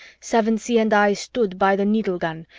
sevensee and i stood by the needle gun,